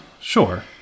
sure